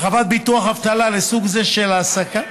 הרחבת ביטוח אבטלה לסוג זה של העסקה,